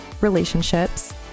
relationships